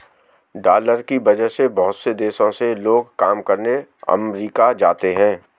dollar की वजह से बहुत से देशों से लोग काम करने अमरीका जाते हैं